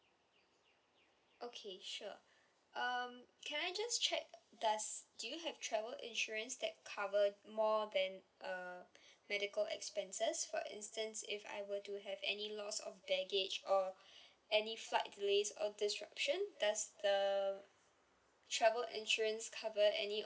okay sure um can I just check does do you have travel insurance that cover more than uh medical expenses for instance if I were do have any loss of baggage or any flight delays or disruption does the travel insurance cover any